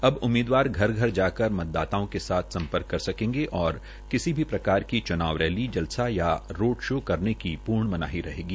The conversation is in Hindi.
अब उम्मीदवार घर घर जाकर मतदाताओं के साथ सम्पर्क कर सकेंगे और किसी भी प्रकार की चुनाव रैली झलसा या रोड शो करने की पूर्ण मनाही रहेगी